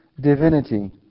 divinity